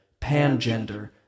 pangender